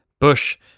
Bush